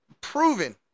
proven